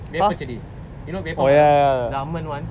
vepachedi you know vepamaram the Amman [one]